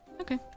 Okay